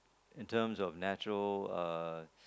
in terms of natural uh